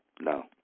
No